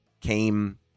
came